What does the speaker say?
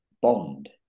bond